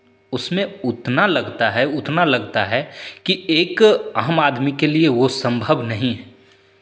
उसमें उतना लगता है उतना लगता है कि एक आम आदमी के लिए वो संभव नहीं है